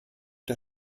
der